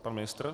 Pan ministr